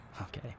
Okay